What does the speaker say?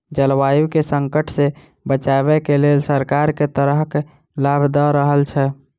जलवायु केँ संकट सऽ बचाबै केँ लेल सरकार केँ तरहक लाभ दऽ रहल छै?